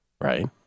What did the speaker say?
right